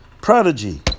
prodigy